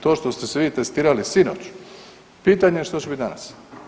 To što ste se vi testirali sinoć, pitanje je što će biti danas.